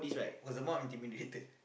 was the mum intimidated